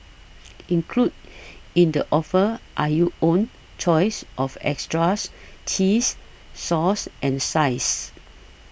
included in the offer are your own choice of extras cheese sauce and sides